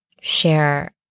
share